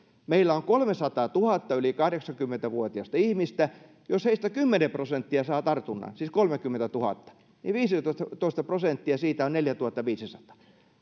meillä on kolmesataatuhatta yli kahdeksankymmentä vuotiasta ihmistä jos heistä kymmenen prosenttia saa tartunnan siis kolmekymmentätuhatta niin viisitoista prosenttia siitä on neljätuhattaviisisataa